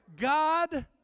God